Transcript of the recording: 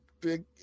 Big